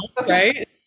Right